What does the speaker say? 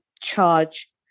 charge